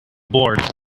bored